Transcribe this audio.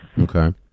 Okay